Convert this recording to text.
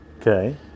Okay